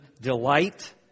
delight